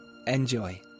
enjoy